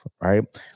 right